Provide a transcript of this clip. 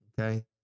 Okay